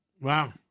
Wow